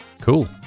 Cool